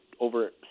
over